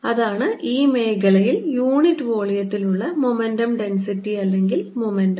അതാണ് ഈ മേഖലയിൽ യൂണിറ്റ് വോളിയത്തിൽ ഉള്ള മൊമെന്റം ഡെൻസിറ്റി അല്ലെങ്കിൽ മൊമെന്റം